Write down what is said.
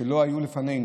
שלא היו בפנינו,